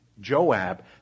Joab